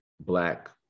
black